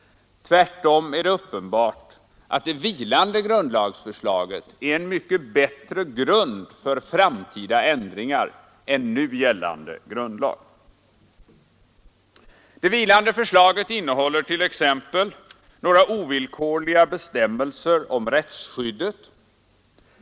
Tvärtom är det uppenbart att det vilande grundlagsförslaget är en mycket bättre grund för framtida ändringar än nu gällande grundlag. Det vilande förslaget innehåller t.ex. några ovillkorliga bestämmelser om rättsskyddet.